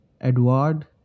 Edward